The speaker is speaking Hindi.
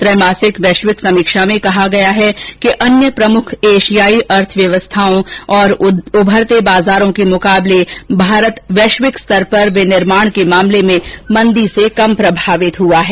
त्रैमासिक वैश्विक समीक्षा में कहा गया है कि अन्य प्रमुख एशियाई अर्थव्यवस्थाओं और उभरते बाजारों के मुकाबले भारत वैश्विक स्तर पर विनिर्माण के मामले में मंदी से कम प्रभावित हुआ है